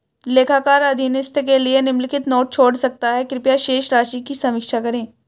लेखाकार अधीनस्थ के लिए निम्नलिखित नोट छोड़ सकता है कृपया शेष राशि की समीक्षा करें